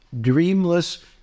dreamless